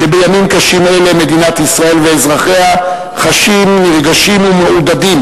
שבימים קשים אלה מדינת ישראל ואזרחיה חשים נרגשים ומעודדים